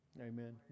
Amen